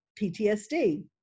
PTSD